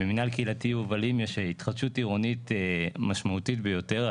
במנהל קהילתי יובלים יש התחדשות עירוני משמעותית ביותר.